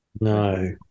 No